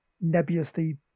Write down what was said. nebulously